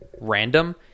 random